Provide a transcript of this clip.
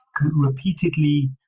repeatedly